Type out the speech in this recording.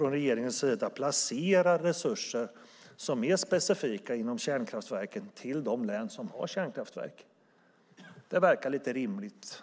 regeringen placerar resurser som är specifika för kärnkraftverken till de län som har kärnkraftverk. Det verkar rimligt.